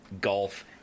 golf